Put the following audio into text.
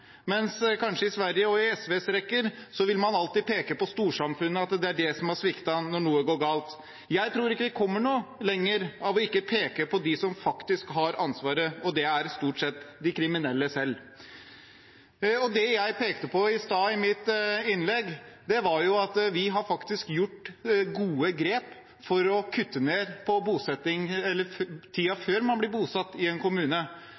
mens en kanskje i Sverige og i SVs rekker alltid vil peke på at det er storsamfunnet som har sviktet når noe går galt. Jeg tror ikke vi kommer noe lenger av ikke å peke på dem som faktisk har ansvaret, og det er stort sett de kriminelle selv. Det jeg pekte på i mitt innlegg i sted, var at vi faktisk har tatt gode grep for å kutte ned på tiden før man blir bosatt i en kommune.